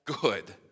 good